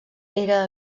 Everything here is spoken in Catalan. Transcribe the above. era